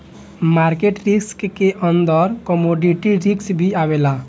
market risk के अंतर्गत commodity risk भी आवेला